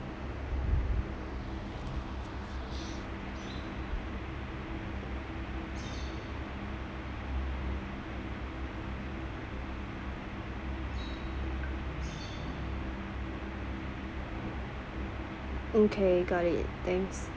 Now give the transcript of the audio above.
okay got it thanks